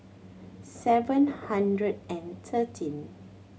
seven hundred and thirteen